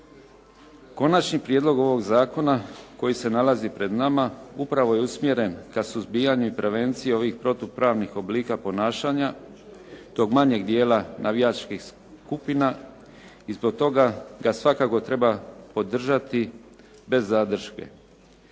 Konačni prijedlog ovog zakona koji se nalazi pred nama upravo je usmjeren ka suzbijanju i prevenciji ovih protupravnih oblika ponašanja tog manjeg dijela navijačkih skupina i zbog toga ga svakako treba podržati bez zadrške.